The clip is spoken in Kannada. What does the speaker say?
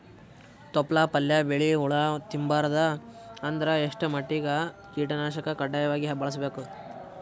ತೊಪ್ಲ ಪಲ್ಯ ಬೆಳಿ ಹುಳ ತಿಂಬಾರದ ಅಂದ್ರ ಎಷ್ಟ ಮಟ್ಟಿಗ ಕೀಟನಾಶಕ ಕಡ್ಡಾಯವಾಗಿ ಬಳಸಬೇಕು?